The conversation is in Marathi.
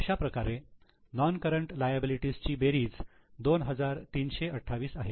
अशाप्रकारे नोन करंट लायबिलिटी ची बेरीज 2328 आहे